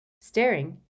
Staring